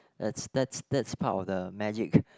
that's that's that's part of the magic